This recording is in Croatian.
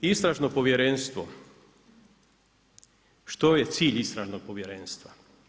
Istražno povjerenstvo, što je cilj Istražnog povjerenstva?